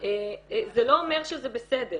זה לא אומר שזה בסדר.